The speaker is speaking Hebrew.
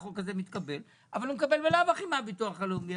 אבל הוא מקבל בלאו הכי מהביטוח הלאומי,